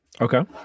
Okay